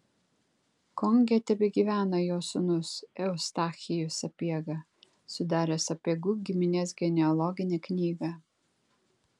konge tebegyvena jo sūnus eustachijus sapiega sudaręs sapiegų giminės genealoginę knygą